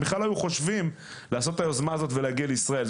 בכלל לא היו חושבים לעשות את היוזמה הזאת ולהגיע לישראל.